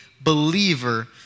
believer